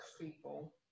people